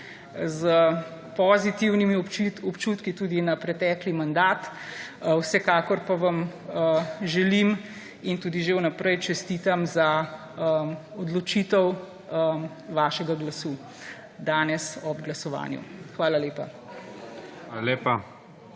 s pozitivnimi občutki tudi na pretekli mandat. Vsekakor pa vam želim in tudi že vnaprej čestitam za odločitev vašega glasu danes ob glasovanju. Hvala lepa. PREDSEDNIK